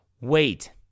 Wait